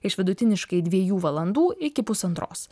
iš vidutiniškai dviejų valandų iki pusantros